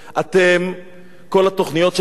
כל התוכניות שלכם לגרש אותנו,